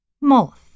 Moth